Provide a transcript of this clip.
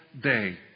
day